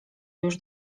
już